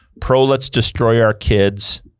pro-let's-destroy-our-kids